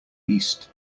east